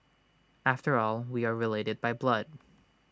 after all we are related by blood